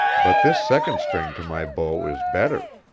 but this second string to my bow is better.